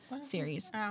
series